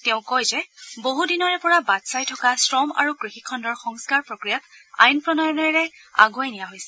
তেওঁ কয় যে বহু দিনৰে পৰা বাট চাই থকা শ্ৰম আৰু কৃষি খণ্ডৰ সংস্কাৰ প্ৰক্ৰিয়াক আইন প্ৰণয়েৰে আগুৱাই নিয়া হৈছে